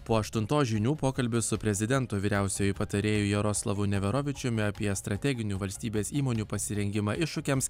po aštuntos žinių pokalbis su prezidento vyriausiuoju patarėju jaroslavu neverovičiumi apie strateginių valstybės įmonių pasirengimą iššūkiams